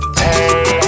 hey